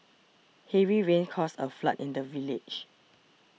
heavy rain caused a flood in the village